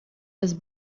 his